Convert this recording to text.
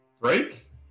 Break